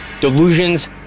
delusions